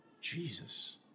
Jesus